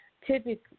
typically